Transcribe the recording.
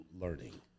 learning